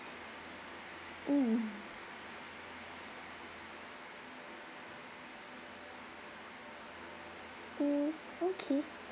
mm mm okay